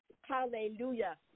Hallelujah